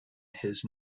his